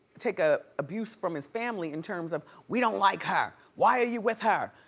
take ah abuse from his family in terms of we don't like her. why are you with her?